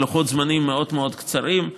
וזה בלוחות זמנים מאוד מאוד קצרים,